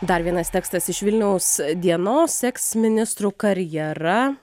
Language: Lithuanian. dar vienas tekstas iš vilniaus dienos eksministrų karjera